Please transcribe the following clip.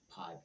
podcast